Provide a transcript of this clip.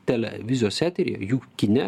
televizijos eteryje jų kine